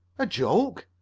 a joke?